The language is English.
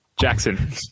Jackson